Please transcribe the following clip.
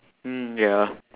mm ya